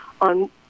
on